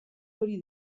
hori